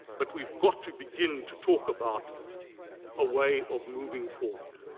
but we've got to begin to talk about a way of moving forward.